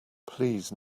please